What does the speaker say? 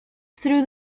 through